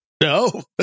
No